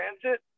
transit